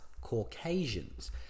Caucasians